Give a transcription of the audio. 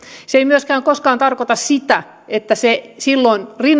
ei myöskään koskaan tarkoita sitä että silloin rinnakkain ei